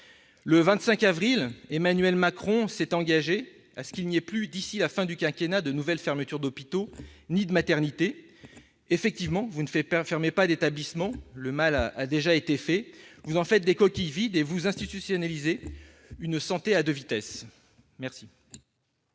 Le 25 avril, Emmanuel Macron s'est engagé à ce qu'il n'y ait plus, d'ici à la fin du quinquennat, de nouvelles fermetures d'hôpitaux ni de maternités. Certes, vous ne fermerez pas d'établissement- le mal a déjà été fait ...-, mais vous ferez de nombre d'entre eux des coquilles vides et vous institutionnalisez une santé à deux vitesses. Très